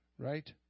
Right